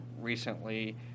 recently